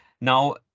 now